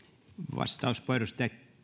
vastauspuheenvuoro